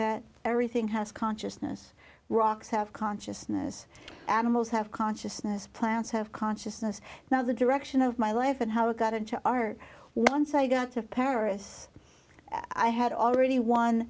that everything has consciousness rocks have consciousness animals have consciousness plants have consciousness now the direction of my life and how it got into our once i got to paris i had already